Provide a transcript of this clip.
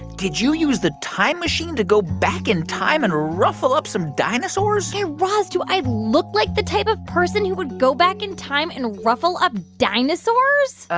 did you use the time machine to go back in time and ruffle up some dinosaurs? guy raz, do i look like the type of person who would go back in time and ruffle up dinosaurs?